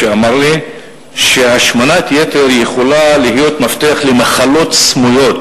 והוא אמר לי שהשמנת יתר יכולה להיות מפתח למחלות סמויות,